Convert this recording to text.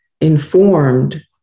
informed